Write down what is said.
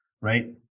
right